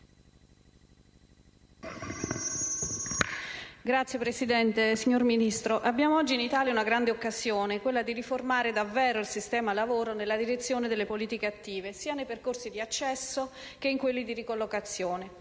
*(PD)*. Signor Ministro, abbiamo oggi in Italia una grande occasione, quella di riformare davvero il sistema lavoro nella direzione delle politiche attive, sia nei percorsi di accesso che in quelli di ricollocazione.